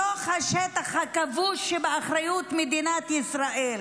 בתוך השטח הכבוש שבאחריות מדינת ישראל,